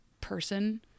person